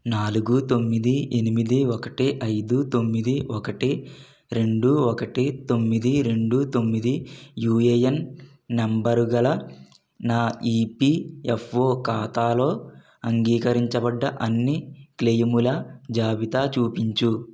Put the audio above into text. నాలుగు తొమ్మిది ఎనిమిది ఒకటి ఐదు తొమ్మిది ఒకటి రెండు ఒకటి తొమ్మిది రెండు తొమ్మిది యూఏఎన్ నంబరు గల నా ఈపీఎఫ్ఓ ఖాతాలో అంగీకరించబడ్డ అన్ని క్లెయిముల జాబితా చూపించుము